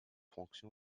fonction